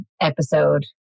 episode